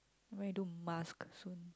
no I do mask soon